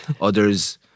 others